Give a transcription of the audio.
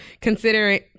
considering